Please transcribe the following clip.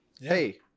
Hey